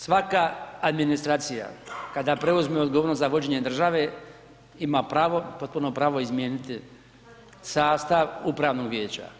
Svaka administracija kada preuzme odgovornost za vođenje države ima pravo, potpuno pravo izmijeniti sastav upravnog vijeća.